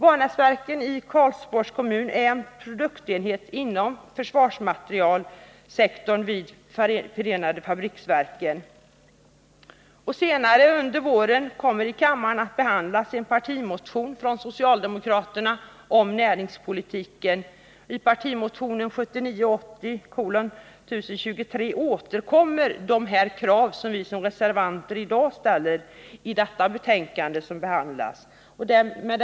Vanäsverken i Karlsborgs kommun är en produktenhet inom sektor Försvarsmateriel vid förenade fabriksverken. Senare under våren kommer i kammaren att behandlas en partimotion från socialdemokraterna om näringspolitiken. I partimotionen, 1979/ 80:1023, återkommer de krav som vi reservanter ställer i det betänkande som i dag behandlas. Fru talman!